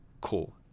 Cool